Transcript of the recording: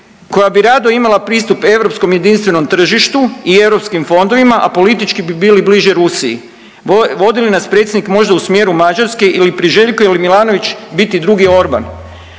koja bi rado imala pristup europskom jedinstvenom tržištu i europskim fondovima, a politički bi bili bliže Rusiji. Vodi li nas predsjednik možda u smjeru Mađarske ili priželjkuje li Milanović biti drugi Orban?